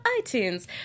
iTunes